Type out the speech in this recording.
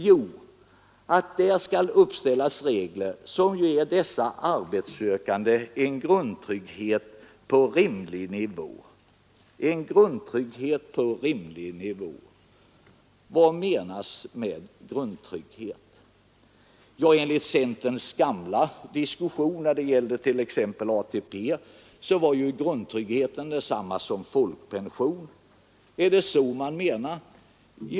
Jo, det skall uppställas regler som ger dessa arbetssökande en grundtrygghet på rimlig nivå. Vad menas med grundtrygghet? Enligt centerns gamla uppfattning när det gällde t.ex. ATP var grundtrygghet detsamma som folkpension. Är det så man menar?